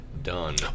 done